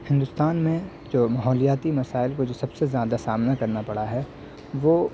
ہندوستان میں جو ماحولیاتی مسائل کو جو سب سے زیادہ سامنا کرنا پڑا ہے وہ